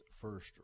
first